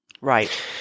Right